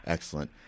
Excellent